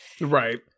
right